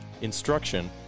instruction